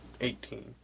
Eighteen